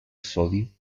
sodio